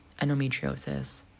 endometriosis